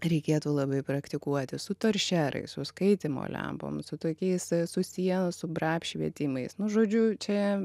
reikėtų labai praktikuotis su toršerais su skaitymo lempom su tokiais su siena su bra apšvietimais nu žodžiu čia